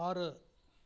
ஆறு